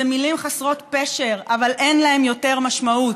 מילים חסרות פשר, אין להן יותר משמעות.